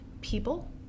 people